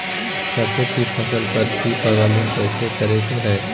सरसों की फसल पर की प्रबंधन कैसे करें हैय?